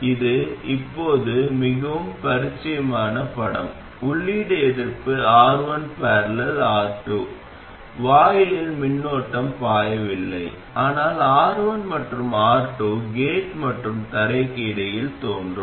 இது இப்போது மிகவும் பரிச்சயமான படம் உள்ளீட்டு எதிர்ப்பு R1 || R2 வாயிலில் மின்னோட்டம் பாயவில்லை ஆனால் R1 மற்றும் R2 கேட் மற்றும் தரைக்கு இடையே தோன்றும்